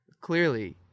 Clearly